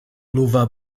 luva